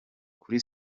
kuri